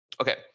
Okay